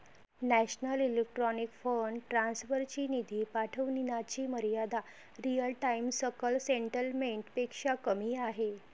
national electronic fund transfer ची निधी पाठविण्याची मर्यादा रिअल टाइम सकल सेटलमेंट पेक्षा कमी आहे